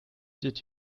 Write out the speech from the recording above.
did